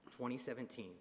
2017